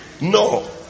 No